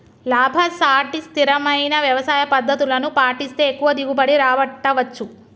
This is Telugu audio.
లాభసాటి స్థిరమైన వ్యవసాయ పద్దతులను పాటిస్తే ఎక్కువ దిగుబడి రాబట్టవచ్చు